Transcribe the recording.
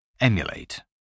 emulate